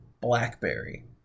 Blackberry